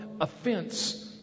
offense